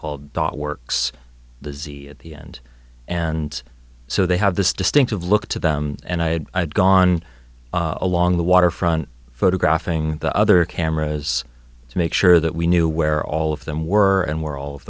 called dot works z at the end and so they have this distinctive look to them and i had gone along the waterfront photographing the other cameras to make sure that we knew where all of them were and where all of